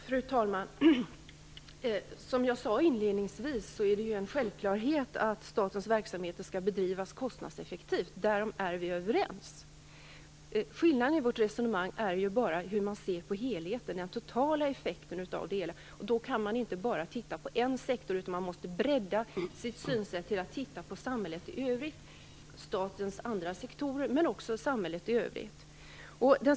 Fru talman! Som jag inledningsvis sade är det en självklarhet att statens verksamheter skall bedrivas kostnadseffektivt. Därom är vi överens. Skillnaden i vårt resonemang gäller ju synen på helheten, på den totala effekten av det hela. Man kan inte bara titta på en sektor, utan man måste bredda sitt synsätt och titta också på statens andra sektorer och samhället i övrigt.